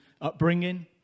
upbringing